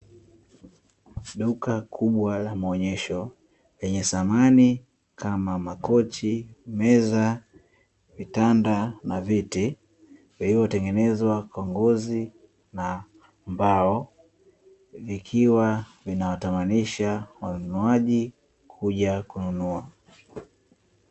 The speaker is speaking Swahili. Duka kubwa la maonyesho lenye samani kama makochi, meza, vitanda na viti vilivyotengenezwa kwa ngozi na mbao ikiwa inawatamanisha wanunuaji kuja kununua.